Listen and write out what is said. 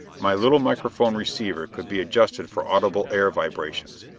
my little microphone receiver could be adjusted for audible air vibrations.